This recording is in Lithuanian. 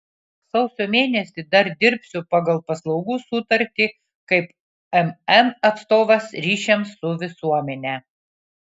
sausio mėnesį dar dirbsiu pagal paslaugų sutartį kaip mn atstovas ryšiams su visuomene